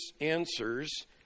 answers